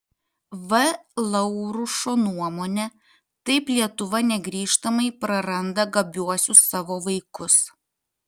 v laurušo nuomone taip lietuva negrįžtamai praranda gabiuosius savo vaikus